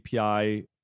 API